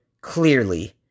clearly